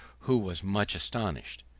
who was much astonished.